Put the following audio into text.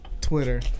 Twitter